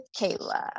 Kayla